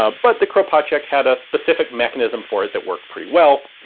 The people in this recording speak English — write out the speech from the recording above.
ah but the kropatschek had a specific mechanism for it that worked pretty well,